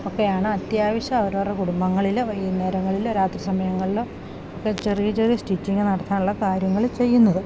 അപ്പഴാണ് അത്യാവശ്യം അവരോരുടെ കുടുംബങ്ങളില് വൈകുന്നേരങ്ങളില് രാത്രി സമയങ്ങളില് ഒക്കെ ചെറിയ ചെറിയ സ്റ്റിച്ചിങ് നടത്താനുള്ള കാര്യങ്ങള് ചെയ്യുന്നത്